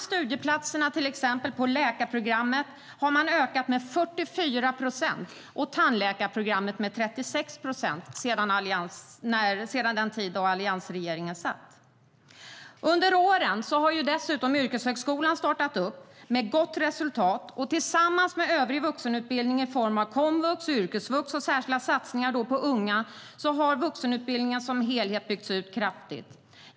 Studieplatserna på till exempel läkarprogrammet har ökat med 44 procent och på tandläkarprogrammet med 36 procent sedan den tid då alliansregeringen styrde. Under åren har dessutom yrkeshögskolan startat med gott resultat. Tillsammans med övrig vuxenutbildning i form av komvux, yrkesvux och särskilda satsningar på unga har detta gjort att vuxenutbildningen som helhet har byggts ut kraftigt.